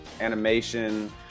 animation